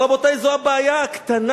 אבל, רבותי, זו הבעיה הקטנה.